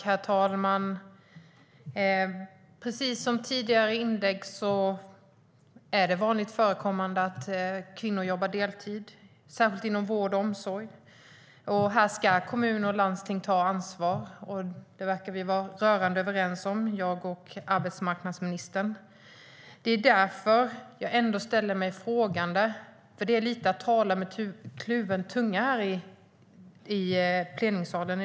Herr talman! Precis som har sagts i tidigare inlägg är det vanligt förekommande att kvinnor jobbar deltid, särskilt inom vård och omsorg. Här ska kommuner och landsting ta ansvar. Det verkar vi vara rörande överens om, jag och arbetsmarknadsministern. Det talas dock lite med kluven tunga här i plenisalen.